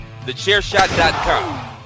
TheChairShot.com